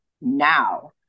now